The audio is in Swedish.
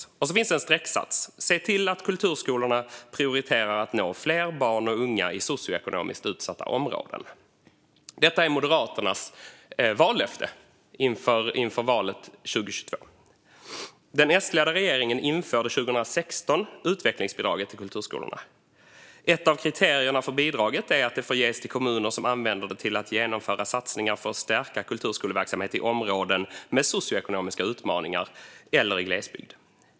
Det finns också en strecksats där det står att Moderaterna vill "se till att kulturskolan prioriterar att nå fler barn och unga i socioekonomiskt utsatta områden". Detta är Moderaternas vallöfte inför valet 2022. Den S-ledda regeringen införde 2016 utvecklingsbidraget till kulturskolorna. Ett av kriterierna för bidraget är att det får ges till kommuner som använder det till att genomföra satsningar för att stärka kulturskoleverksamhet i områden med socioekonomiska utmaningar eller i glesbygd.